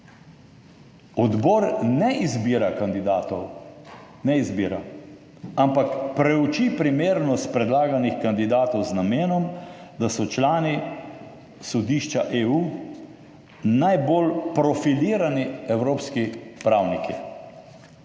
Odbor ne izbira kandidatov, ne izbira, ampak preuči primernost predlaganih kandidatov z namenom, da so člani Sodišča EU najbolj profilirani evropski pravniki.